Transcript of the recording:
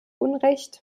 unrecht